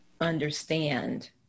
understand